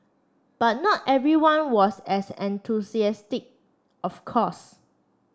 but not everyone was as enthusiastic of course